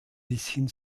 bisschen